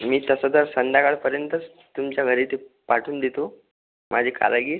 मी तसं तर संध्याकाळपर्यंतच तुमच्या घरी ते पाठवून देतो माझे कारागीर